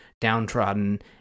downtrodden